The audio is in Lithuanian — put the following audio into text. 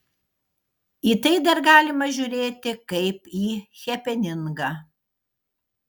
į tai dar galima žiūrėti kaip į hepeningą